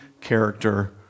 character